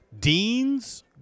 Dean's